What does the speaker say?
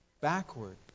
backward